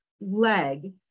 leg